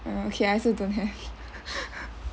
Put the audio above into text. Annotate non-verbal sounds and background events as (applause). uh okay I also don't have (laughs)